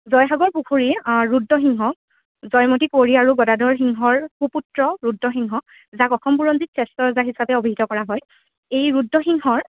জয়সাগৰ পুখুৰী ৰুদ্ৰসিংহ জয়মতী কোঁৱৰি আৰু গদাধৰ সিংহৰ সুপুত্ৰ ৰুদ্ৰসিংহ যাক অসম বুৰঞ্জিত শ্ৰেষ্ঠ ৰজা হিচাপে অভিহিত কৰা হয় এই ৰুদ্ৰসিংহৰ